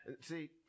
See